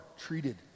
treated